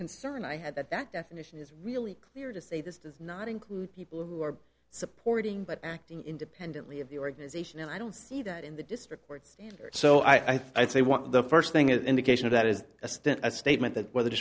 concern i had that that definition is really clear to say this does not include people who are supporting but acting independently of the organization and i don't see that in the district courts so i think the first thing is an indication of that is a stint as a statement that whether